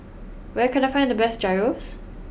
where can I find the best Gyros